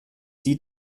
die